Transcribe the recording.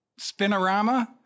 spinorama